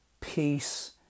peace